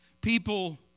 People